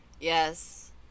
Yes